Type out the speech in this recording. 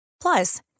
Plus